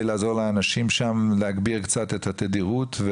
לעזור לאנשים שם להגביר קצת את התדירות?